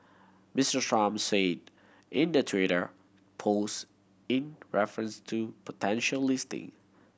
Mister Trump said in the Twitter post in reference to potential listing